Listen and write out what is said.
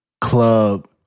club